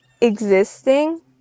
existing